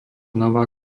nová